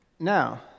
Now